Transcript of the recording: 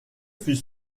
fut